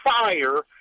fire